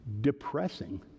depressing